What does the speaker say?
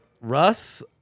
Russ